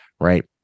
right